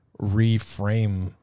reframe